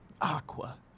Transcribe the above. Aqua